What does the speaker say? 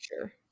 sure